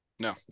No